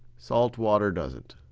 salt water doesn't.